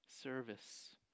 service